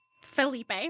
Felipe